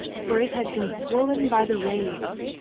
for it had been swollen by the rains,